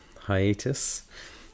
hiatus